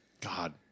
God